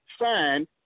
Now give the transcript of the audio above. signed